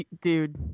dude